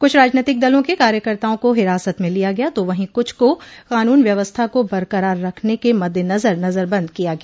कुछ राजनैतिक दलों के कार्यकर्ताओं को हिरासत मे लिया गया तो वहीं कुछ को कानून व्यवस्था को बरकरार रखने के मद्देनजर नजरबंद किया गया